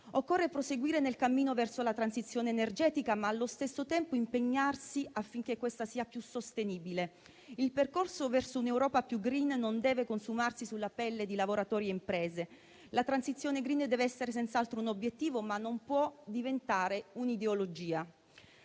Occorre proseguire nel cammino verso la transizione energetica, ma allo stesso tempo impegnarsi affinché questa sia più sostenibile. Il percorso verso un'Europa più *green* non deve consumarsi sulla pelle di lavoratori e imprese; la transizione *green* deve essere senz'altro un obiettivo, ma non può diventare un'ideologia.